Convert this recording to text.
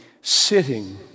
sitting